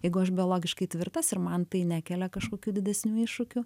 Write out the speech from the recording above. jeigu aš biologiškai tvirtas ir man tai nekelia kažkokių didesnių iššūkių